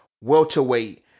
welterweight